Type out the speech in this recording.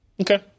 Okay